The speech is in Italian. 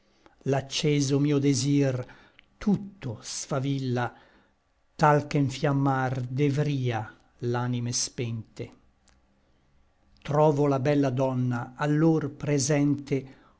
l'acceso mio desir tutto sfavilla tal che nfiammar devria l'anime spente trovo la bella donna allor presente